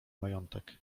majątek